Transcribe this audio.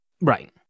right